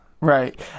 Right